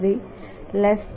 7330